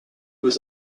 was